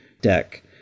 deck